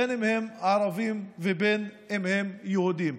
בין שהם ערבים ובין שהם יהודים.